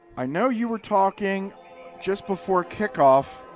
i know you were talking just before kickoff,